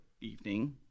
evening